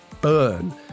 burn